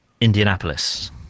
Indianapolis